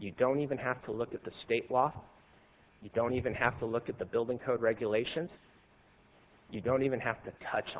you don't even have to look at the state law you don't even have to look at the building code regulations you don't even have to touch